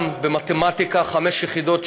גם במתמטיקה חמש יחידות,